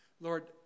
Lord